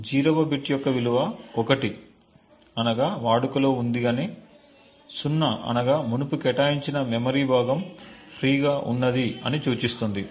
0 వ బిట్ యొక్క విలువ 1 అనగా వాడుకలో ఉంది అని 0 అనగా మునుపు కేటాయించిన మెమరీ భాగం ఫ్రీ గ ఉన్నది అని సూచిస్తుంది